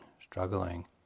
struggling